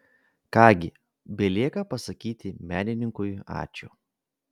ką gi belieka pasakyti menininkui ačiū